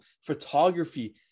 photography